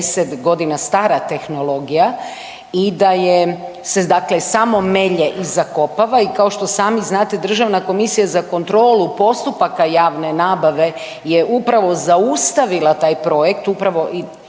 50.g. stara tehnologija i da je se dakle samo melje i zakopava. I kao što sami znate Državna komisija za kontrolu postupaka javne nabave je upravo zaustavila taj projekt, upravo i